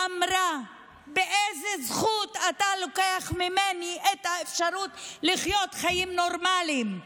והיא אמרה: באיזה זכות אתה לוקח ממני את האפשרות לחיות חיים נורמליים?